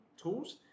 Tools